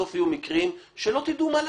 בסוף יהיו מקרים שלא תדעו מה לעשות.